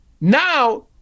now